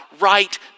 right